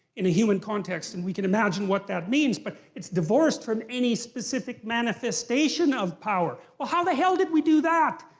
in a human context, and we can imagine what that means. but it's divorced from any specific manifestation of power. well how the hell did we do that?